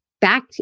back